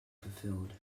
fulfilled